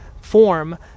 Form